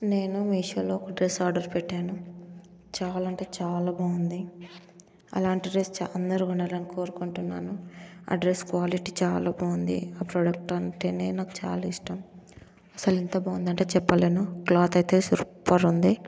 నేను మీషోలో ఒక డ్రస్ ఆర్డర్ పెట్టాను చాలా అంటే చాలా బాగుంది అలాంటి డ్రస్ చా అందరు కొనాలని కోరుకుంటున్నాను ఆ డ్రస్ క్వాలిటీ చాలా బాగుంది ఆ ప్రోడక్ట్ అంటేనే నాకు చాలా ఇష్టం అసలు ఎంత బాగుందంటే చెప్పలేను క్లాత్ అయితే సూపర్ ఉంది